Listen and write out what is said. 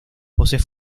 voces